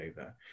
over